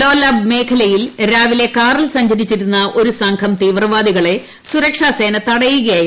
ലോലാബ് മേഖലയിൽ രാവിലെ കാറിൽ സഞ്ചരിച്ചിരുന്ന ഒരുസംഘം തീവ്രവാദികളെ സുരക്ഷാസേന തടയുകയായിരുന്നു